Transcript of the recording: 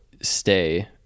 stay